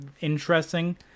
interesting